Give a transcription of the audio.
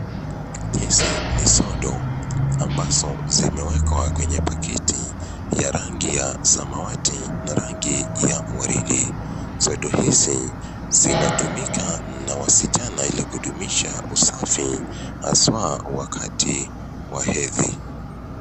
Hizi ni sodo ambazo zimewekwa kwenye paketi ya rangi ya samawati na rangi ya waridi. Sodo hizi zinatumika na wasichana ili kudumisha usafi haswa wakati wa hedhi.